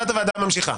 ישיבת הוועדה ממשיכה.